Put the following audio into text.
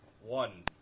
One